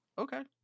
Okay